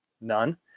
None